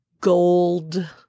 gold